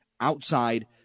outside